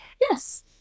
Yes